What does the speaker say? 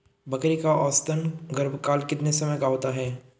बकरी का औसतन गर्भकाल कितने समय का होता है?